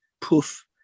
poof